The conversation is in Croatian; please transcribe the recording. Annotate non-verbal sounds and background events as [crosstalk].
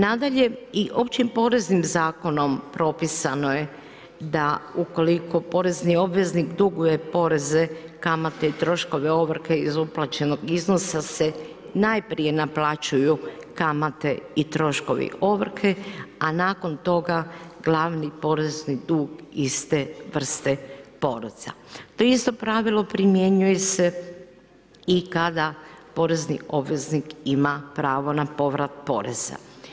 Nadalje, i općim poreznim zakonom propisano je da ukoliko porezni obveznik duguje poreze, kamate i troškove ovrhe iz uplaćenog iznosa se najprije naplaćuju kamate i troškovi ovrhe, a nakon toga glavni porezni dug iz te vrste ... [unintelligible] To isto pravilo primjenjuje se i kada porezni obveznik ima pravo na povrat poreza.